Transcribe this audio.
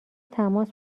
تماس